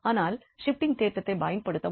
ஆனால் ஷிப்டிங் தேற்றத்தை பயன்படுத்த முடியாது